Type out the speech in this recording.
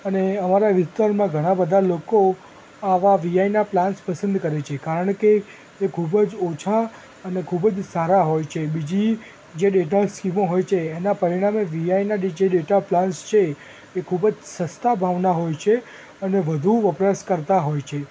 અને અમારા વિસ્તારમાં ઘણા બધા લોકો આવા વીઆઈના પ્લાન્સ પસંદ કરે છે કારણ કે એ ખૂબ જ ઓછાં અને ખૂબ જ સારા હોય છે બીજી જે ડેટા સ્કીમો હોય છે એનાં પરિણામે વીઆઈના એ જે ડેટા પ્લાન્સ છે એ ખૂબ જ સસ્તા ભાવના હોય છે અને વધુ વપરાશ કરતા હોય છે